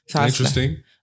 Interesting